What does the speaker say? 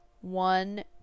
One